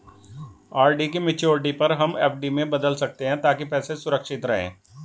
RD की maturity पर हम एफ.डी में बदल सकते है ताकि पैसे सुरक्षित रहें